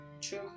True